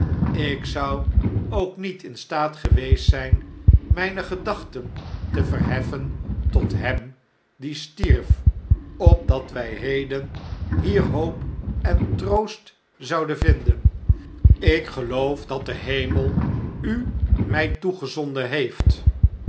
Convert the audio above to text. ik zou ook niet in staat geweest zjjn mflne gedachten te verheffen tot hem die stierf opdat wij heden hier hoop en troost zouden vinden ik geloof dat de hemel u mij toegezonden heeft